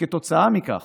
וכתוצאה מכך